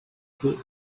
good